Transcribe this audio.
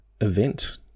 event